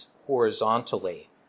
horizontally